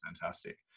fantastic